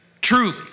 truly